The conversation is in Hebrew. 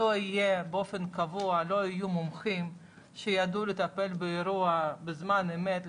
לא יהיו באופן קבוע מומחים שיידעו לטפל באירוע בזמן אמת,